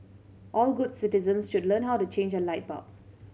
all good citizens should learn how to change a light bulb